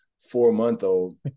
four-month-old